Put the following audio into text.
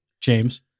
James